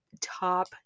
top